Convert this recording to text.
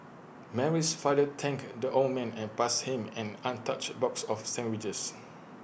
Mary's father thanked the old man and passed him an untouched box of sandwiches